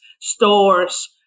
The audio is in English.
stores